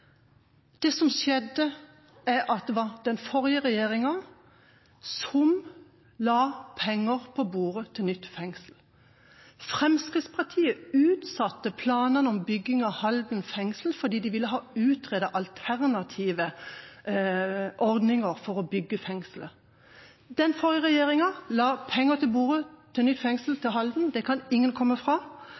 Det var den forrige regjeringa som la penger på bordet til nytt fengsel. Fremskrittspartiet utsatte planene om bygging av Halden fengsel fordi de ville ha utredet alternative ordninger for å bygge fengselet. Den forrige regjeringa la penger på bordet til nytt fengsel i Halden, det kan ingen komme fra.